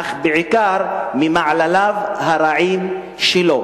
אך בעיקר ממעלליו הרעים שלו.